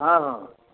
ହଁ ହଁ